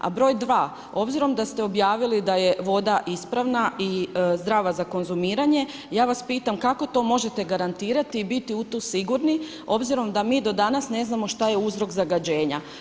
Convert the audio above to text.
A broj 2, obzirom da ste objavili da je voda ispravna i zdrava za konzumiranje ja vas pitam kako to možete garantirati i biti u to sigurni obzirom da mi do danas ne znamo šta je uzrok zagađenja?